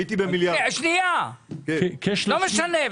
הייתי --- לא משנה,